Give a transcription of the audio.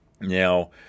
now